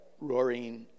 roaring